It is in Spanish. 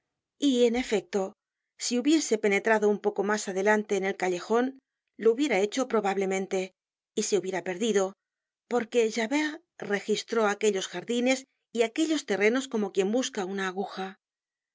y en efec to si hubiese penetrado un poco mas adelante en el callejon lo hubiera hecho probablemente y se hubiera perdido porque javert registró aquellos jardines y aquellos terrenos como quien busca una aguja